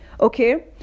okay